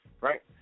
right